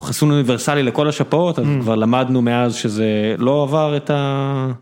חיסון אוניברסלי לכל השפעות כבר למדנו מאז שזה לא עבר את ה..